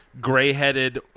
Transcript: gray-headed